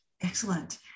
Excellent